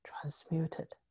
transmuted